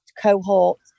cohort